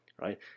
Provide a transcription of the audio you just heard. Right